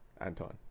Anton